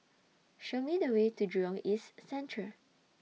Show Me The Way to Jurong East Central